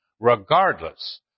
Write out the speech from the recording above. regardless